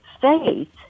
Faith